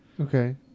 Okay